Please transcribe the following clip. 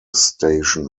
station